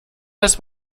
das